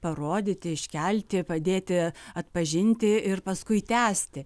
parodyti iškelti padėti atpažinti ir paskui tęsti